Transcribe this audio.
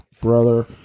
brother